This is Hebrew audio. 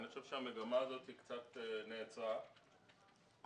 אני חושב שהמגמה הזאת קצת נעצרה ואנחנו